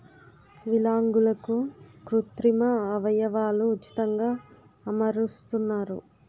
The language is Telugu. విలాంగులకు కృత్రిమ అవయవాలు ఉచితంగా అమరుస్తున్నారు